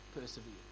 persevere